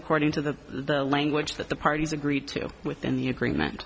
according to the language that the parties agreed to within the agreement